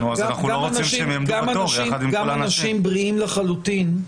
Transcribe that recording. גם אנשים בריאים לחלוטין,